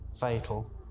fatal